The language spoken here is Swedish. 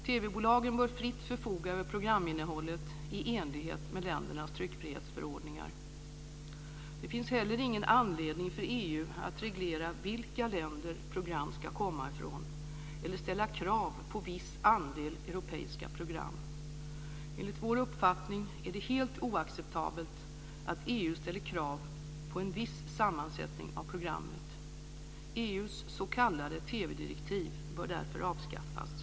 TV-bolagen bör fritt förfoga över programinnehållet i enlighet med ländernas tryckfrihetsförordningar. Det finns heller ingen anledning för EU att reglera vilka länder som program ska komma ifrån eller ställa krav på viss andel europeiska program. Enligt vår uppfattning är det helt oacceptabelt att EU ställer krav på en viss sammansättning av programmet. EU:s s.k. TV-direktiv bör därför avskaffas.